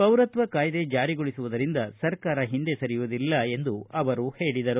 ಪೌರತ್ವ ಕಾಯ್ಸೆ ಜಾರಿಗೊಳಿಸುವುದರಿಂದ ಸರ್ಕಾರ ಹಿಂದೆ ಸರಿಯುವುದಿಲ್ಲ ಎಂದು ಅವರು ಹೇಳಿದರು